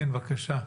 כן, בבקשה.